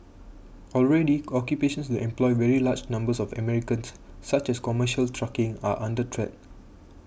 already occupations that employ very large numbers of Americans such as commercial trucking are under threat